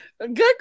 Good